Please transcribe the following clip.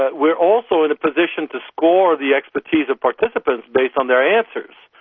ah we're also in a position to score the expertise of participants based on their answers,